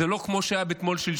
זה לא כמו שהיה תמול-שלשום,